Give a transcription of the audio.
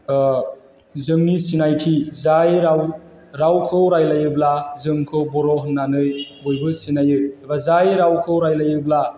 जोंनि सिनायथि जाय राव रावखौ रायज्लायोब्ला जोंखौ बर' होननानै बयबो सिनायो एबा जाय रावखौ रायज्लायोब्ला